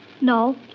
No